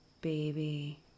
baby